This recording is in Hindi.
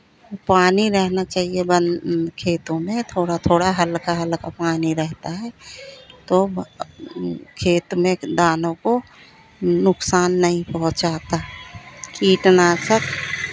पानी रहना चहिए बं खेतों में थोड़ा थोड़ा हल्का हल्का पानी रहता है तो खेत में दानों को नुकसान नहीं पहुंचाता कीटनाशक